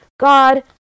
God